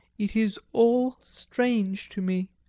it is all strange to me!